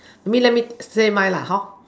maybe let me say mine hor